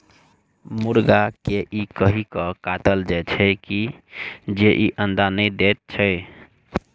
मुर्गा के ई कहि क काटल जाइत छै जे ई अंडा नै दैत छै